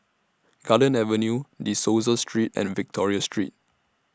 Garden Avenue De Souza Street and Victoria Street